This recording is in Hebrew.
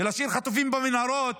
להשאיר חטופים במנהרות,